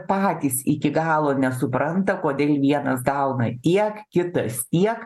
patys iki galo nesupranta kodėl vienas gauna tiek kitas tiek